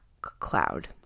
cloud